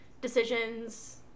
decisions